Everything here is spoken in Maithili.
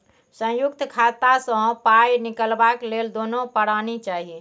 संयुक्त खाता सँ पाय निकलबाक लेल दुनू परानी चाही